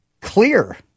clear